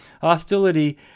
hostility